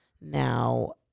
now